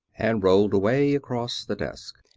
and rolled away across the desk,